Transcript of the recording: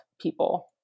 people